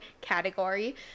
category